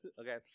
Okay